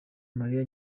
mariya